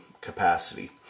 capacity